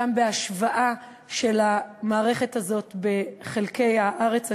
גם בהשוואה של המערכת הזאת בין חלקי הארץ השונים.